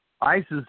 ISIS